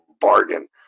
bargain